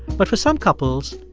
but for some couples,